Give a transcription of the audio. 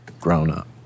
grown-up